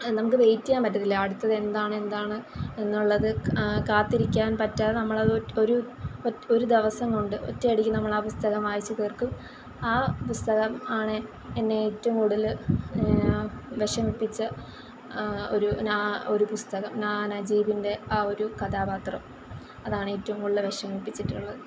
നമുക്ക് വെയിറ്റ് ചെയ്യാൻ പറ്റത്തില്ല അടുത്തതെന്താണ് എന്താണ് എന്നുള്ളത് കാത്തിരിക്കാൻ പറ്റാതെ നമ്മളത് ഒരു ഒരു ഒ ഒരു ദിവസംകൊണ്ട് ഒറ്റയടിക്ക് നമ്മൾ ആ പുസ്തകം വായിച്ച് തീർക്കും ആ പുസ്തകം ആണ് എന്നെ ഏറ്റവും കൂടുതൽ വിഷമിപ്പിച്ച ഒരു ന ഒരു പുസ്തകം ന നജീബിൻ്റെ ആ ഒരു കഥാപാത്രം അതാണ് ഏറ്റവും കൂടുതൽ വിഷമിപ്പിച്ചിട്ടുള്ളത്